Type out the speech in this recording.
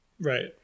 Right